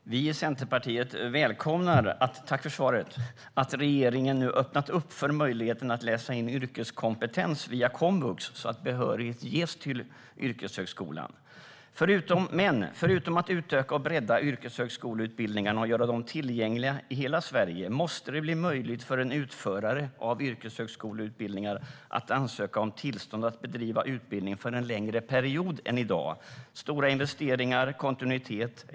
Fru talman! Jag tackar för svaret. Vi i Centerpartiet välkomnar att regeringen nu öppnat upp för möjligheten att läsa in yrkeskompetens via komvux så att behörighet ges till yrkeshögskolan. Men förutom att utöka och bredda yrkeshögskoleutbildningarna och göra dem tillgängliga i hela Sverige måste det bli möjligt för en utförare av yrkeshögskoleutbildningar att ansöka om tillstånd att bedriva utbildning för en längre period än i dag. Det handlar om stora investeringar och kontinuitet.